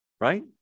right